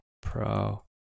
Pro